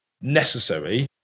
necessary